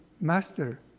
Master